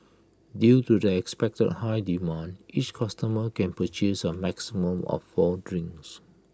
due to the expected high demand each customer can purchase A maximum of four drinks